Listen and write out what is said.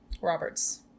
Roberts